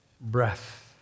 breath